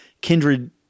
Kindred